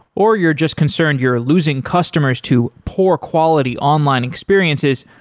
or you're just concerned you're losing customers to poor quality online experiences,